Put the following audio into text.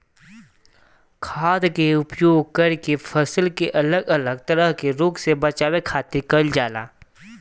खाद्य के उपयोग करके फसल के अलग अलग तरह के रोग से बचावे खातिर कईल जाला